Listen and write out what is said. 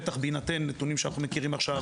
בטח בהינתן נתונים שאנחנו מכירים עכשיו,